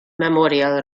memorial